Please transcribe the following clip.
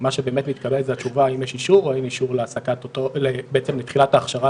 מה שבאמת מתקבל זה התשובה האם יש אישור לתחילת ההכשרה